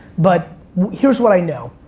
but here's what i know.